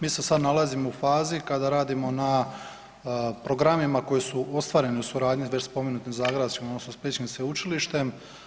Mi se sad nalazimo u fazi kada radimo na programima koji su ostvareni u suradnji s već spomenutim zagrebačkim odnosno splitskim sveučilištem.